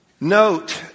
Note